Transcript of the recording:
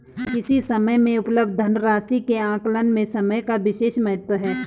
किसी समय में उपलब्ध धन राशि के आकलन में समय का विशेष महत्व है